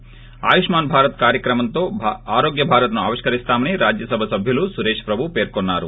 ి ఆయుష్మాన్ భారత్ కార్యక్రమంతో ఆరోగ్య భారత్ ను ఆవిష్కరిస్తామని రాజ్యసభ సభ్యులు సురేష్ ప్రభు పేర్కొన్నారు